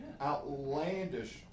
outlandish